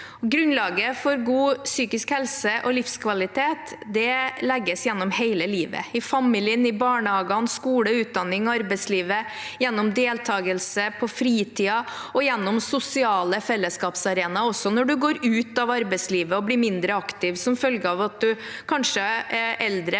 Grunnlaget for god psykisk helse og livskvalitet legges gjennom hele livet – i familien, i barnehagene, skole, utdanning, arbeidslivet, gjennom deltagelse på fritiden og gjennom sosiale fellesskapsarenaer, også når en går ut av arbeidslivet og blir mindre aktiv som følge av at en kanskje